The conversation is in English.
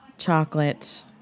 chocolate